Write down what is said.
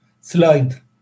slide